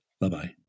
Bye-bye